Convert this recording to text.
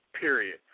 Period